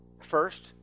First